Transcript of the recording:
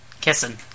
Kissing